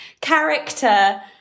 character